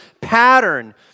pattern